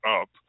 up